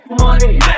money